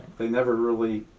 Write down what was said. they never really,